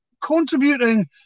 contributing